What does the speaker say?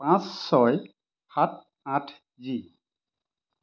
পাঁচ ছয় সাত আঠ জি